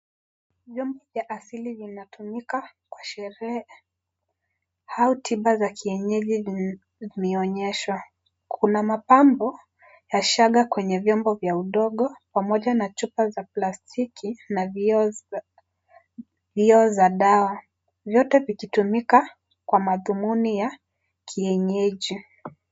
Vyombo vya asili vinatumika kwa sherehe au tiba za kienyeji zimeonyeshwa. Kuna mapambo, ya shaga kwenye vyombo vya udongo pamoja na chupa cha plastiki na vioo za dawa. Vyote vikitumika kwa madhumuni ya kienyeji.